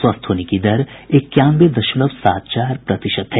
स्वस्थ होने की दर इक्यानवे दशमलव सात चार प्रतिशत है